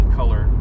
color